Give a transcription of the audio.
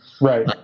Right